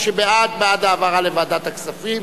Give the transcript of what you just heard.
מי שבעד, בעד העברה לוועדת הכספים.